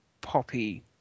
poppy